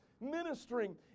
ministering